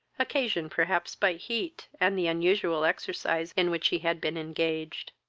occasioned perhaps by heat, and the unusual exercise in which he had been engaged.